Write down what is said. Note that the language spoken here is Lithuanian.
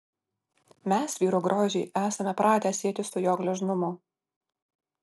mes vyro grožį esame pratę sieti su jo gležnumu